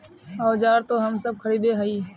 औजार तो हम सब खरीदे हीये?